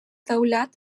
teulat